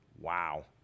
wow